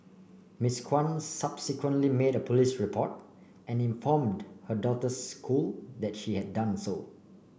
Miss Kwan subsequently made a police report and informed her daughter school that she had done so